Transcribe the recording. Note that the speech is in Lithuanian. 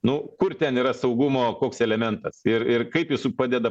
nu kur ten yra saugumo koks elementas ir ir kaip jis padeda